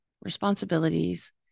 responsibilities